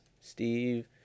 Steve